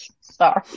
Sorry